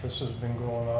this has been going